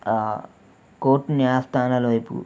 court న్యాయస్థానాల వైపు